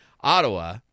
Ottawa